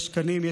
יש תקנים.